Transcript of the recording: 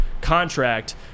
contract